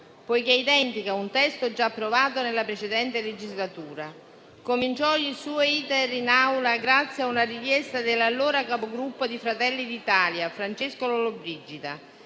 poiché identica a un testo già approvato nella precedente legislatura - cominciò il suo *iter* in Aula grazie a una richiesta dell'allora capogruppo di Fratelli d'Italia Francesco Lollobrigida,